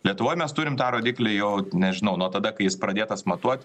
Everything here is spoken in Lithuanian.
lietuvoj mes turim tą rodiklį jau nežinau nuo tada kai jis pradėtas matuot